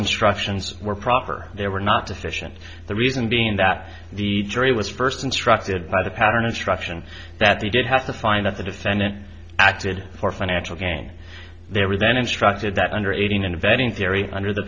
instructions were proper they were not sufficient the reason being that the jury was first instructed by the pattern instruction that they did have to find out to defend acted for financial gain they were then instructed that under aiding and abetting theory under the